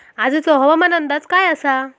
आजचो हवामान अंदाज काय आसा?